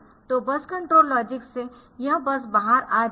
तो बस control logic से यह बस बाहर आ जाएगी